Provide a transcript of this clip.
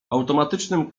automatycznym